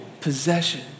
possession